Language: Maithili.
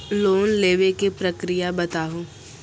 लोन लेवे के प्रक्रिया बताहू?